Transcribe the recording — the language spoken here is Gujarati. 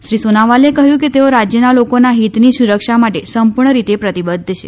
શ્રી સોનાવાલે કહ્યું કે તેઓ રાજયના લોકોના હિતની સુરક્ષા માટે સંપૂર્ણ રીતે પ્રતિબદ્ધ છે